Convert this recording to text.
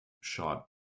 shot